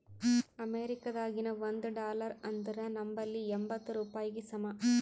ಅಮೇರಿಕಾದಾಗಿನ ಒಂದ್ ಡಾಲರ್ ಅಂದುರ್ ನಂಬಲ್ಲಿ ಎಂಬತ್ತ್ ರೂಪಾಯಿಗಿ ಸಮ